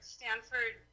Stanford